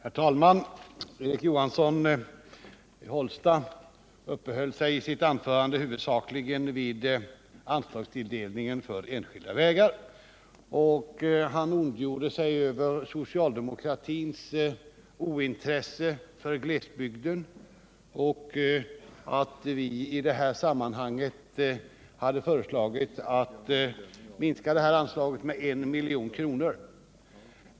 Herr talman! Erik Johansson i Hållsta uppehöll sig i sitt anförande huvudsakligen vid anslagstilldelningen till enskilda vägar och ondgjorde sig över socialdemokratins ointresse för glesbygden och över att vi hade föreslagit en minskning av detta anslag med 1 milj.kr.